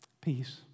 Peace